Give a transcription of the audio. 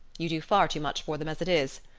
you do far too much for them as it is.